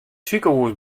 sikehûs